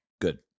Good